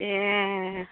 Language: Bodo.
ए